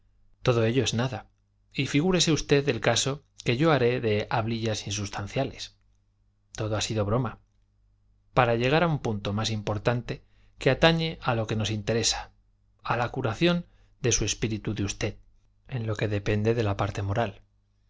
todo ello es nada y figúrese usted el caso que yo haré de hablillas insustanciales todo ha sido broma para llegar a un punto más importante que atañe a lo que nos interesa a la curación de su espíritu de usted en lo que depende de la parte moral